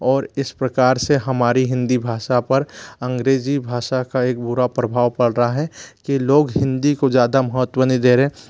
और इस प्रकार से हमारी हिन्दी भाषा पर अंग्रेजी भाषा का एक बुरा प्रभाव पड़ रहा है कि लोग हिन्दी को ज़्यादा महत्त्व नहीं दे रहे